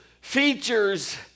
features